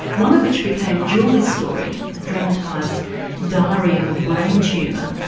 one of which became julie's story a dramatised diary of a brain tumour.